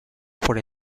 por